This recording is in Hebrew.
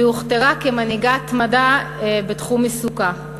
והיא הוכתרה כמנהיגת מדע בתחום עיסוקה.